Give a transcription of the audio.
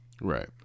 Right